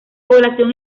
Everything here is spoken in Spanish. población